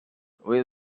with